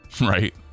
Right